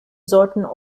sorten